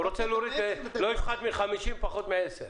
הוא רוצה להוריד: לא יפחת מ-50 פחות מעשר.